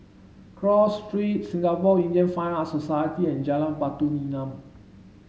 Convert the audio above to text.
Cross Street Singapore Indian Fine Arts Society and Jalan Batu Nilam